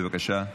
בבקשה.